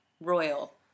royal